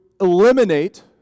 eliminate